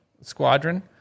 squadron